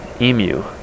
emu